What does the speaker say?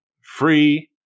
free